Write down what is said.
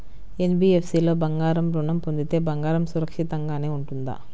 NBFC లో బంగారు ఋణం పొందితే బంగారం సురక్షితంగానే ఉంటుందా?